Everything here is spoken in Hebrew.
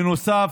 בנוסף,